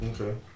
Okay